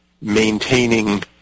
maintaining